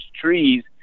trees